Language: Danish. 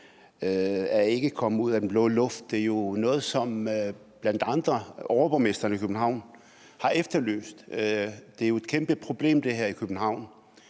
er ikke kommet ud af den blå luft. Det er jo noget, som blandt andre overborgmesteren i København har efterlyst. Det her er jo et kæmpe problem i København,